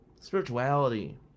spirituality